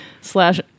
slash